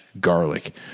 garlic